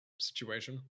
situation